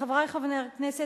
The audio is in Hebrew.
חברי חברי הכנסת,